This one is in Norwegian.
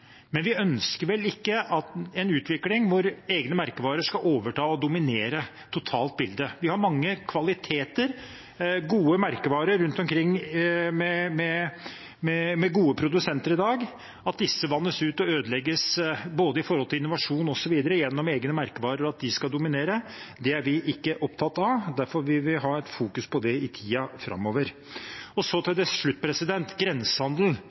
men vi ønsker vel ikke en utvikling hvor egne merkevarer skal overta og dominere bildet totalt. Vi har mange kvaliteter, gode merkevarer rundt omkring fra gode produsenter i dag. At disse vannes ut og ødelegges, med tanke på innovasjon osv., gjennom egne merkevarer, og at de dominerer, er vi ikke opptatt av. Derfor vil vi fokusere på det i tiden framover. Til slutt grensehandelen: Vi har fått mye ny kunnskap i det siste, og